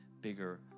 bigger